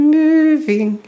moving